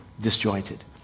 disjointed